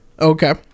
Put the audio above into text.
Okay